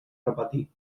repetir